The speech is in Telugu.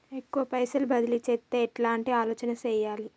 ఎక్కువ పైసలు బదిలీ చేత్తే ఎట్లాంటి ఆలోచన సేయాలి?